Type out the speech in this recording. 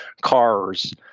cars